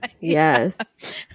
yes